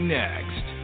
next